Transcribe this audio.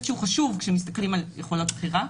שהוא חשוב כשמסתכלים על יכולות בחירה.